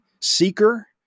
seeker